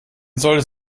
sollte